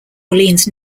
orleans